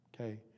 Okay